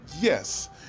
yes